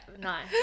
nice